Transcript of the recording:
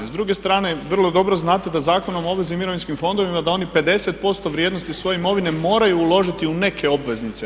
S druge strane vrlo dobro znate da Zakonom o obveznim mirovinskim fondovima da oni 50% vrijednosti svoje imovine moraju uložiti u neke obveznice.